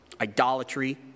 idolatry